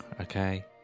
okay